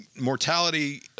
mortality